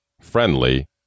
friendly